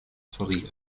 folioj